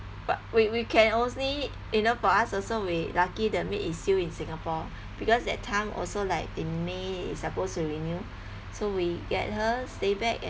but we we can only you know for us also we lucky the maid is still in singapore because that time also like in may it's supposed to renew so we get her stay back and